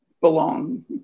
belong